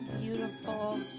beautiful